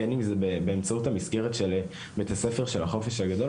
בין אם באמצעות מסגרת של בית ספר של החופש הגדול,